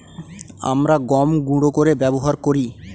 আমরা গম গুঁড়ো করে ব্যবহার করি